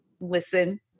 listen